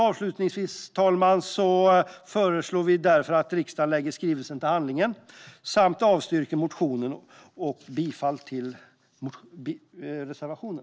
Avslutningsvis, herr talman, föreslår vi att riksdagen lägger skrivelsen till handlingarna. Vi avstyrker motionsförslaget och yrkar bifall till reservationen.